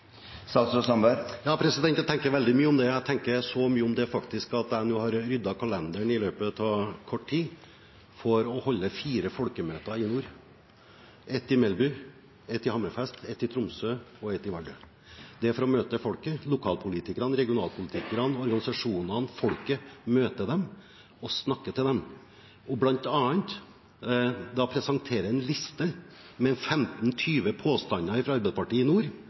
Jeg tenker veldig mye om det. Jeg tenker så mye om det at jeg faktisk nå har ryddet kalenderen i løpet av kort tid for å holde fire folkemøter i nord: ett i Melby, ett i Hammerfest, ett i Tromsø og ett i Vardø. Det er for å møte folket, lokalpolitikerne, regionalpolitikerne og organisasjonene, snakke til dem og bl.a. da presentere en liste med 15–20 påstander fra Arbeiderpartiet som jeg skal tilbakevise. Når man fremmer påstander overfor folk i